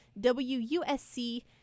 WUSC